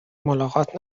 ملاقات